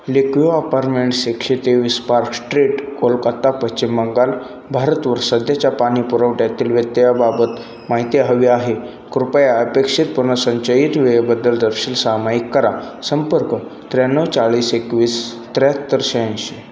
Lakeview apartment एकशे तेवीस spark street Kolkata Paschim Bengal भारतवर सध्याच्या पाणी पुरवठ्यातील व्यत्ययाबाबत माहिती हवी आहे कृपया अपेक्षित पुनर्संचयित वेळेबद्दल दर्शील सामायिक करा संपर्क त्र्याण्णव चाळीस एकवीस त्र्याहत्तर शहाऐंशी